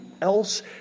else